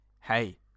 Hey